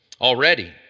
Already